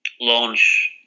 launch